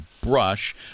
brush